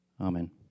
Amen